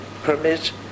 permit